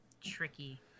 Tricky